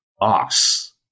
ox